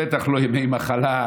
בטח לא ימי מחלה,